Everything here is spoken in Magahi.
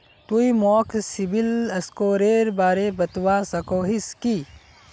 तुई मोक सिबिल स्कोरेर बारे बतवा सकोहिस कि?